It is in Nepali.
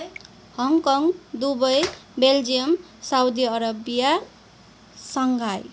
Hong Kong Dubai Belgium Saudi Arabia Shanghai